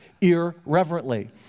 irreverently